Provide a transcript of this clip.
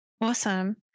Awesome